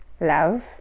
Love